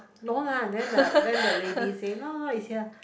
no lah then the then the lady say no no it's here